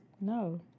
No